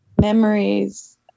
memories